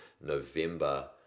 November